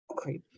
Okay